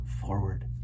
forward